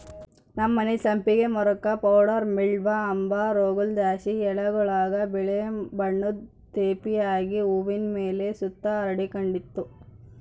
ನಮ್ಮನೆ ಸಂಪಿಗೆ ಮರುಕ್ಕ ಪೌಡರಿ ಮಿಲ್ಡ್ವ ಅಂಬ ರೋಗುದ್ಲಾಸಿ ಎಲೆಗುಳಾಗ ಬಿಳೇ ಬಣ್ಣುದ್ ತೇಪೆ ಆಗಿ ಹೂವಿನ್ ಮೇಲೆ ಸುತ ಹರಡಿಕಂಡಿತ್ತು